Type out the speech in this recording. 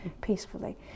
peacefully